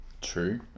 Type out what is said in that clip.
True